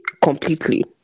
completely